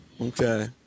okay